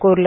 कोरलं